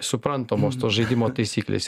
suprantamos tos žaidimo taisyklės